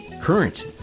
current